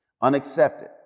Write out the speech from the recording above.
unaccepted